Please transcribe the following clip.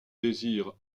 désir